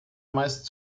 meist